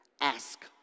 Ask